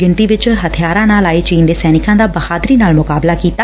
ਗਿਣਤੀ ਚ ਹਥਿਆਰਾ ਨਾਲ ਆਏ ਚੀਨ ਦੇ ਸੈਨਿਕਾ ਦਾ ਬਹਾਦਰੀ ਨਾਲ ਮੁਕਾਬਲਾ ਕੀਤਾ